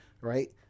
Right